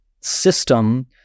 system